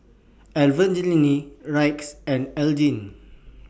Evangeline Rex and Elgie